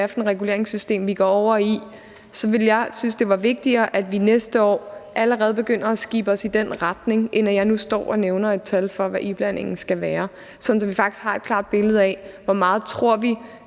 er for et reguleringssystem, vi går over i, så ville jeg synes, det var vigtigere, at vi allerede næste år begyndte at skibe os i den retning, end at jeg nu står og nævner et tal for, hvad iblandingen skal være, sådan at vi faktisk har et klart billede af – også i